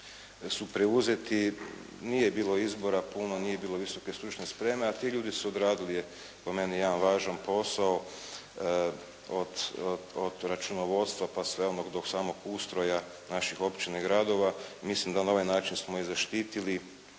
su preuzeti. Nije bilo izbora puno, nije bilo visoke stručne spreme, a ti ljudi su odradili po meni jedan važan posao od računovodstva pa sve ono do samog ustroja naših općina i gradova. Mislim da na ovaj način smo ih zaštitili